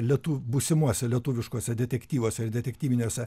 lietu būsimuose lietuviškuose detektyvuose ir detektyviniuose